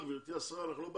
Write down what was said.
גברתי השרה, אנחנו לא בהרצאות.